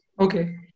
Okay